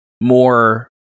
more